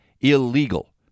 illegal